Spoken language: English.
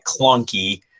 clunky